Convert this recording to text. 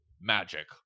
magic